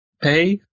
pay